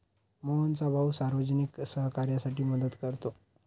मोहनचा भाऊ सार्वजनिक सहकार्यासाठी मदत करतो